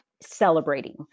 celebrating